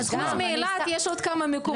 אז גם --- אז חוץ מאילת יש עוד כמה מקומות שהם חשובים.